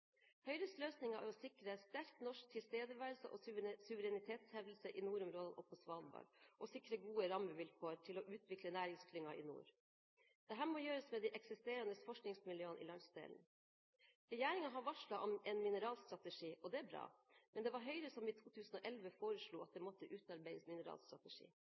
Høyres løsninger er å sikre sterk norsk tilstedeværelse og suverenitetshevdelse i nordområdene og på Svalbard, og å sikre gode rammevilkår til å utvikle næringsklynger i nord. Dette må gjøres med de eksisterende forskningsmiljøene i landsdelen. Regjeringen har varslet om en mineralstrategi, og det er bra. Men det var Høyre som i 2011 foreslo at det måtte utarbeides